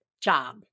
job